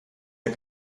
der